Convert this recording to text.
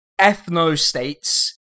ethnostates